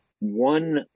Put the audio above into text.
one